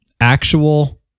actual